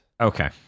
Okay